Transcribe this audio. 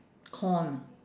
corn